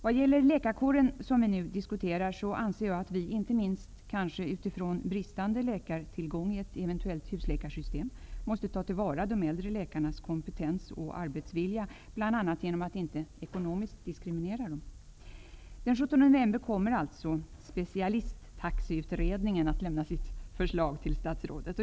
Vad gäller läkarkåren, som vi nu diskuterar, anser jag att vi inte minst utifrån bristande läkartillgång i ett eventuellt husläkarsystem måste ta till vara de äldre läkarnas kompetens och arbetsvilja, bl.a. genom att inte ekonomiskt diskriminera dem. Specialisttaxeutredningen att lämna sitt förslag till statsrådet.